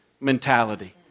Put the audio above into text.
mentality